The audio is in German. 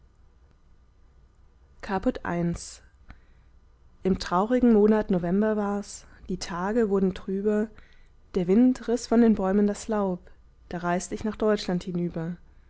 caput i im traurigen monat november war's die tage wurden trüber der wind riß von den bäumen das laub da reist ich nach deutschland hinüber